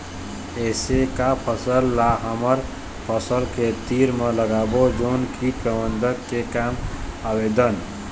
ऐसे का फसल ला हमर फसल के तीर मे लगाबो जोन कीट प्रबंधन के काम आवेदन?